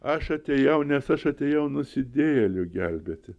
aš atėjau nes aš atėjau nusidėjėlių gelbėti